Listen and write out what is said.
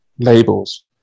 Labels